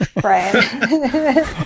Brian